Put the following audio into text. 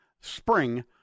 spring